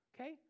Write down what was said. okay